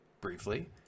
briefly